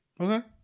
Okay